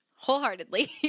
Wholeheartedly